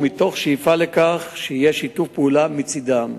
ומתוך שאיפה לכך שיהיה שיתוף פעולה מצדם,